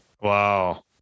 Wow